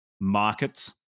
markets